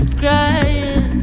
crying